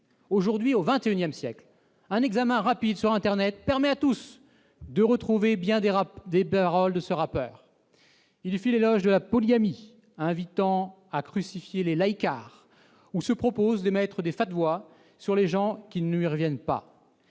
Aujourd'hui, au XXI siècle, un examen rapide sur internet permet de retrouver bien des paroles de ce rappeur. Il y fait l'éloge de la polygamie, invite à crucifier les « laïcards » ou se propose d'émettre des sur les gens qui ne lui reviennent pas.